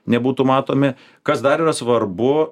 nebūtų matomi kas dar yra svarbu